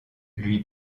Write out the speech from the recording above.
lui